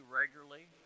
regularly